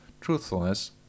truthfulness